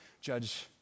judge